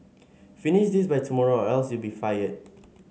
finish this by tomorrow or else you'll be fired